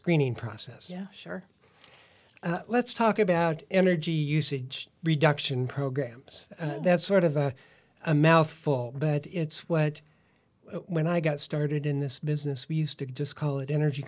screening process yeah sure let's talk about energy usage reduction programs that's sort of a a mouthful but it's what when i got started in this business we used to just call it energy